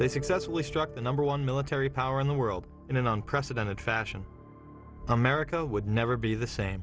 they successfully struck the number one military power in the world in an unprecedented fashion america would never be the same